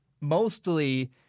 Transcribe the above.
Mostly